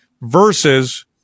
versus